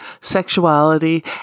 sexuality